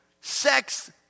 Sex